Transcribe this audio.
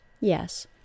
Yes